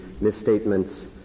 misstatements